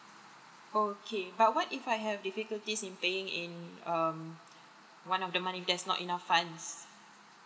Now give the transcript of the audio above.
okay but what if I have difficulties in paying in um one of the money there's not enough funds